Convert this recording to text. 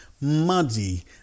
muddy